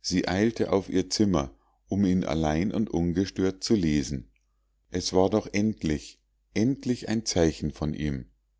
sie eilte auf ihr zimmer um ihn allein und ungestört zu lesen es war doch endlich endlich ein zeichen von ihm